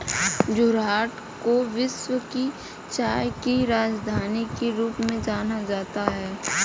जोरहाट को विश्व की चाय की राजधानी के रूप में जाना जाता है